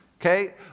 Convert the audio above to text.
okay